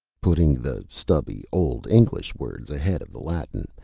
putting the stubby old english words ahead of the latin,